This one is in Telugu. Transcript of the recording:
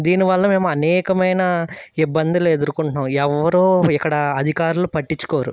దీనివల్ల మేము అనేకమైన ఇబ్బందులు ఎదుర్కొంటున్నాం ఎవ్వరూ ఇక్కడ అధికారులు పట్టించుకోరు